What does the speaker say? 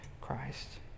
Christ